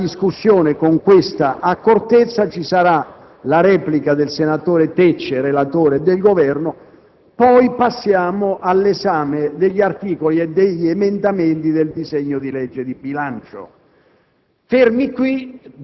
Esaurita la discussione con questa accortezza, vi sarà la replica del relatore, senatore Tecce, e del Governo; poi passeremo all'esame degli articoli e degli emendamenti al disegno di legge di bilancio.